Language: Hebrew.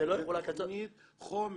זה לא יחולק עד סוף --- זו תכנית חומש.